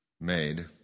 made